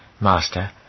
Master